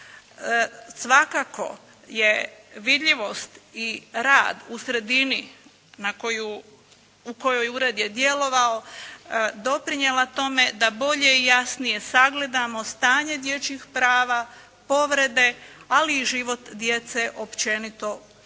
Svakako je vidljivost i rad u sredini u kojoj ured je djelovao, doprinijela tome da bolje i jasnije sagledamo stanje dječjih prava, povrede, ali i život djece općenito u